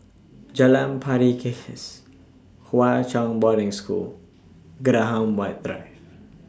Jalan Pari Kikis Hwa Chong Boarding School Graham White Drive